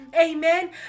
amen